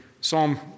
Psalm